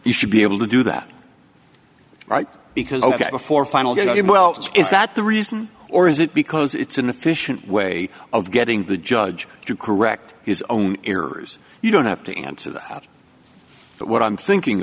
you should be able to do that right because ok before a final good well is that the reason or is it because it's an efficient way of getting the judge to correct his own errors you don't have to answer that but what i'm thinking